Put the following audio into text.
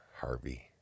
Harvey